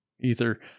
ether